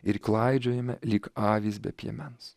ir klaidžiojame lyg avys be piemens